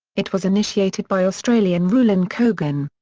it was initiated by australian ruslan kogan.